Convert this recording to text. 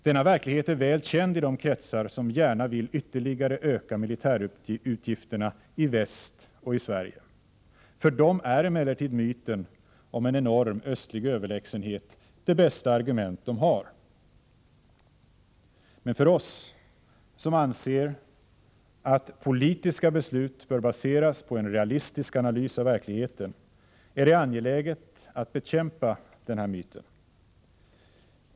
Denna verklighet är väl känd i de kretsar som gärna vill ytterligare öka militärutgifterna i väst och i Sverige. För dem är emellertid myten om en enorm östlig överlägsenhet det bästa argument de har. Men för oss som anser att politiska beslut bör baseras på en realistisk analys av verkligheten är det angeläget att bekämpa denna myt.